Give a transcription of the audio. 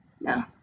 No